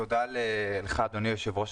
תודה לך אדוני היושב-ראש,